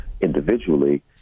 individually